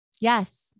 Yes